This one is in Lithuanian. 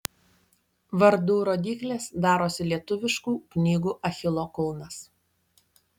vardų rodyklės darosi lietuviškų knygų achilo kulnas